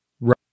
Right